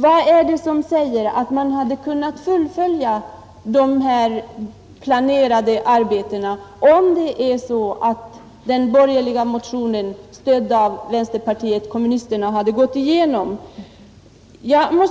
Vad är det som säger att man kunnat fullfölja dessa planerade arbeten om den borgerliga motionen, stödd av vänsterpartiet kommunisterna, hade gått igenom? Jag